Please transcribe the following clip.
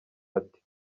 ati